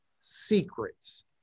secrets